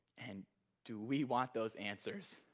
and do we want those answers?